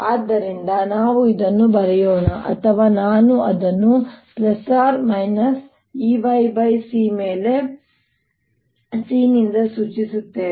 ಆದ್ದರಿಂದ ನಾವು ಇದನ್ನು ಬರೆಯೋಣ ಅಥವಾ ನಾವು ಅದನ್ನು ±Eyc ಮೇಲೆ c ನಿಂದ ಸೂಚಿಸುತ್ತೇವೆ